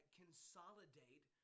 consolidate